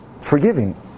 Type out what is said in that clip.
forgiving